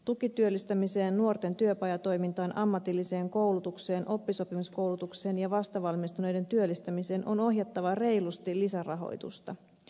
tukityöllistämiseen nuorten työpajatoimintaan ammatilliseen koulutukseen oppisopimuskoulutukseen ja vastavalmistuneiden työllistämiseen on ohjattava reilusti lisärahoitusta